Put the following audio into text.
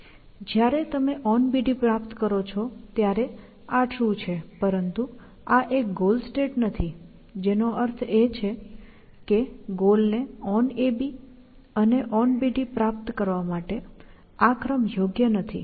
જ્યારે તમે onBD પ્રાપ્ત કરો છો ત્યારે આ ટ્રુ છે પરંતુ આ એક ગોલ સ્ટેટ નથી જેનો અર્થ એ છે કે ગોલને onAB અને onBD પ્રાપ્ત કરવા માટે આ ક્રમ યોગ્ય નથી